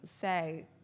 say